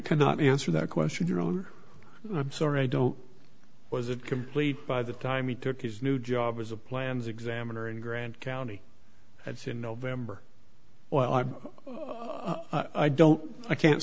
cannot answer that question your own i'm sorry i don't was it complete by the time he took his new job as a plan's examiner in grand county that's in november well i'm i don't i can't